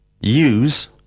Use